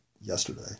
yesterday